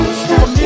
stop